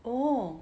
oh